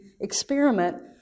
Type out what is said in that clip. experiment